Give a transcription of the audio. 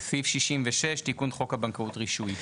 סעיף 69 תיקון חוק מערכות השלומים.